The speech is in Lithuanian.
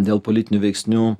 dėl politinių veiksnių